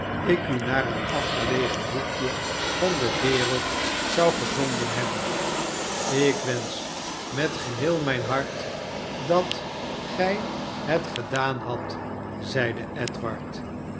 ik u naar een afgelegen hoekje van de wereld zou gezonden hebben ik wensch met geheel mijn hart dat gij het gedaan hadt zeide